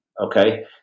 Okay